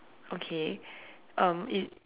okay um it